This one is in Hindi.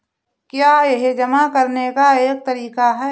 क्या यह जमा करने का एक तरीका है?